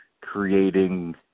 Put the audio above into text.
creating